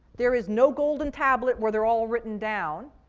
there is no golden tablet where they're all written down.